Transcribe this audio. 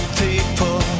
people